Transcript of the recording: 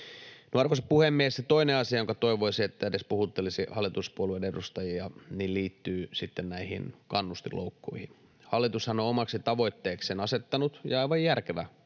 Arvoisa puhemies! Toinen asia, josta toivoisin, että se edes puhuttelisi hallituspuolueiden edustajia, liittyy sitten näihin kannustinloukkuihin. Hallitushan on omaksi tavoitteekseen asettanut, aivan järkevä